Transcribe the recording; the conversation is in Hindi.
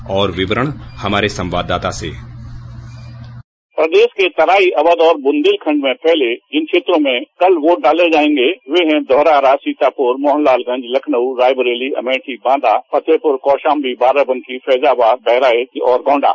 और विवरण हमारे संवाददाता से प्रदेश के तराई और अवध बुन्देलखंड में फैले जिन क्षेत्रों में कल वोट डाले जायेंगे वे हैं धौरहरा सीतापुर मोहनलालगंज लखनउ रायबरेली अमेठी बांदा फतेहपुर कौशाम्बी बाराबंकी फैजाबाद बहराइच कैसरगंज और गोंडा